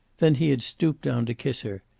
then he had stooped down to kiss her,